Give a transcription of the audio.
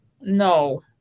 no